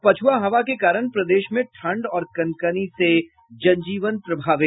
और पछुआ हवा के कारण प्रदेश में ठंड और कनकनी से जनजीवन प्रभावित